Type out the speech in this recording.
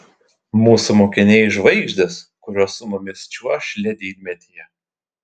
mūsų mokiniai žvaigždės kurios su mumis čiuoš ledynmetyje